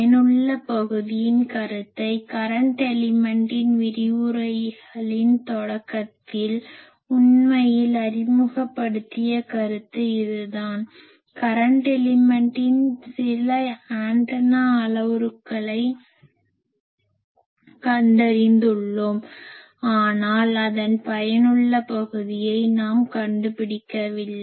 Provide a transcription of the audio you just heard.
பயனுள்ள பகுதியின் கருத்தை கரன்ட் எலிமென்ட்டின் விரிவுரைகளின் தொடக்கத்தில் உண்மையில் அறிமுகப்படுத்திய கருத்து இதுதான் கரன்ட் எலிமென்ட்டின் சில ஆண்டனா அளவுருக்களைக் கண்டறிந்துள்ளோம் ஆனால் அதன் பயனுள்ள பகுதியை நாம் கண்டுபிடிக்கவில்லை